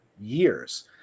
years